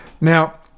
Now